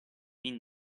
fin